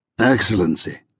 Excellency